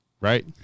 right